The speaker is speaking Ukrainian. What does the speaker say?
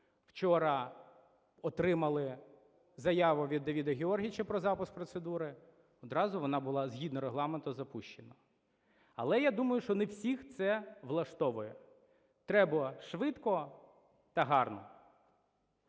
Вчора отримали заяву від Давида Георгійовича про запуск процедури, одразу вона була, згідно Регламенту, запущена. Але я думаю, що не всіх це влаштовує: треба швидко та гарно.